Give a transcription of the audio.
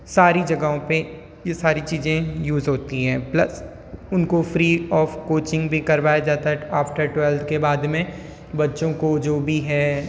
सारी जगहों पर ये सारी चीजें यूज़ होती हैं प्लस उनको फ़्री ऑफ़ कोचिंग भी करवाया जाता है आफ़्टर ट्वेल्फ्थ के बाद में बच्चों को जो भी है